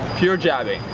pure jabbing.